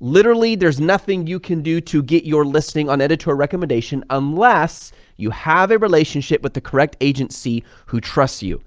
literally, there's nothing you can do to get your listing on editorial recommendation unless you have a relationship with the correct agency who trusts you,